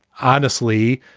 honestly,